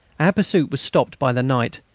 our pursuit was stopped by the night,